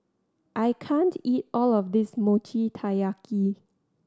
I can't eat all of this Mochi Taiyaki